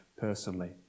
personally